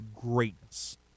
greatness